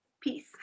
peace